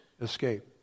escape